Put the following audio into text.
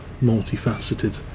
multifaceted